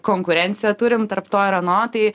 konkurenciją turim tarp to ir ano tai